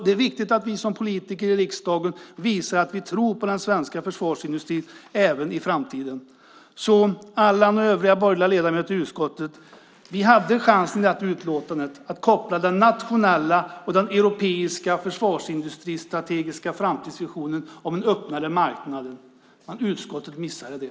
Det är viktigt att vi som politiker i riksdagen visar att vi tror på den svenska försvarsindustrin även i framtiden. Allan och ni övriga borgerliga ledamöter i utskottet: Vi hade chansen att i utlåtandet koppla den nationella och den europeiska försvarsindustristrategiska positionen om en öppnare marknad, men utskottet missade det.